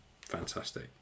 fantastic